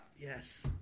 Yes